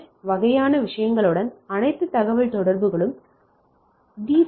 S வகையான விஷயங்களுடன் அனைத்து தகவல்தொடர்புகளுக்கும் டி